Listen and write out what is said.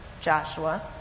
Joshua